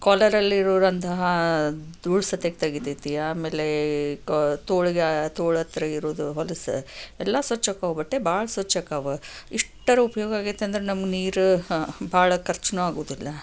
ಕಾಲರಲ್ಲಿರುವಂತಹ ಧೂಳುಸತೆ ತೆಗಿತೈತಿ ಆಮೇಲೆ ತೊ ತೋಳಿಗೆ ತೋಳತ್ರ ಇರುವುದು ಹೊಲಸು ಎಲ್ಲ ಸ್ವಚ್ಛಾಕಾವ ಬಟ್ಟೆ ಭಾಳ ಸ್ವಚ್ಛಾಕಾವ ಇಷ್ಟಾದ್ರೂ ಉಪಯೋಗ ಆಗೈತಿ ಅಂದರೆ ನಮಗೆ ನೀರು ಭಾಳ ಖರ್ಚನು ಆಗುವುದಿಲ್ಲ